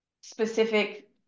specific